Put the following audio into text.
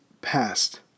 past